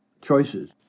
choices